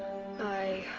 i.